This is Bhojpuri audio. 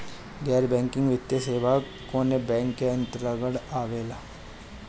गैर बैंकिंग वित्तीय सेवाएं कोने बैंक के अन्तरगत आवेअला?